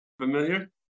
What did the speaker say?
familiar